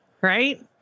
Right